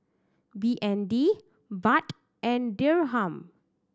B N D Baht and Dirham